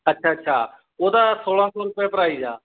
ਅੱਛਾ ਅੱਛਾ ਉਹਦਾ ਸੋਲ੍ਹਾਂ ਸੌ ਰੁਪਏ ਪ੍ਰਾਈਜ ਆ